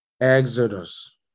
Exodus